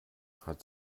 hat